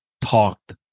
talked